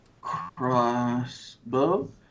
crossbow